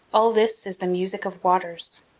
all this is the music of waters.